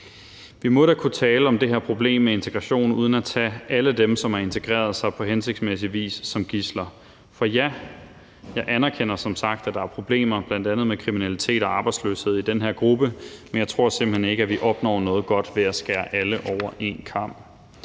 Vi må da kunne tale om det her problem med integration uden at tage alle dem, som har integreret sig på hensigtsmæssig vis, som gidsler. For ja, jeg anerkender som sagt, at der er problemer bl.a. med kriminalitet og arbejdsløshed i den her gruppe, men jeg tror simpelt hen ikke, at vi opnår noget godt ved at skære alle over én kam.